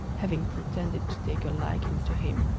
having pretended to take a liking to him,